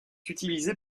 utilisés